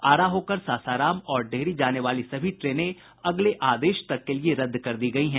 आरा होकर सासाराम और डेहरी जाने वाली सभी ट्रेनें अगले आदेश तक के लिये रद्द कर दी गयी हैं